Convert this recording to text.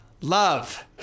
love